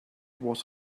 was